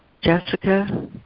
Jessica